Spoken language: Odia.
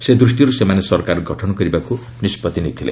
ସେ ଦୃଷ୍ଟିରୁ ସେମାନେ ସରକାର ଗଠନ କରିବାକୁ ନିଷ୍କଭି ନେଇଥିଲେ